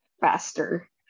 faster